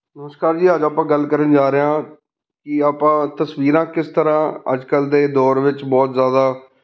ਨਮਸਕਾਰ ਜੀ ਅੱਜ ਆਪਾਂ ਗੱਲ ਕਰਨ ਜਾ ਰਹੇ ਹਾਂ ਕਿ ਆਪਾਂ ਤਸਵੀਰਾਂ ਕਿਸ ਤਰ੍ਹਾਂ ਅੱਜਕੱਲ੍ਹ ਦੇ ਦੌਰ ਵਿੱਚ ਬਹੁਤ ਜ਼ਿਆਦਾ